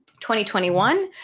2021